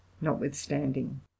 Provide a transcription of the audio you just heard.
notwithstanding